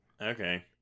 Okay